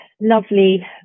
lovely